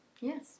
Yes